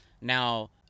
now